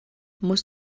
muss